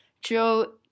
Joe